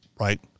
right